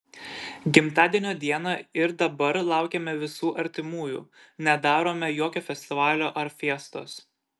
gimtadienio dieną ir dabar laukiame visų artimųjų nedarome jokio festivalio ar fiestos